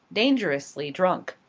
dangerously drunk.